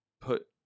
put